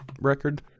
record